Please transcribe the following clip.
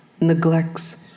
Neglects